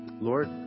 Lord